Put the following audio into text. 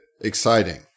exciting